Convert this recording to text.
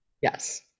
Yes